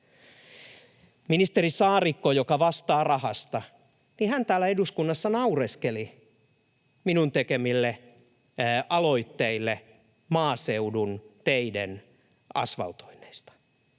Ministeri Saarikko, joka vastaa rahasta, täällä eduskunnassa naureskeli minun tekemilleni aloitteille maaseudun teiden asfaltoinneista.